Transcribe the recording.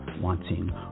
wanting